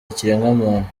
ikiremwamuntu